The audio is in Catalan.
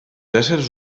éssers